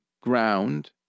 ground